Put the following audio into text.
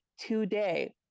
today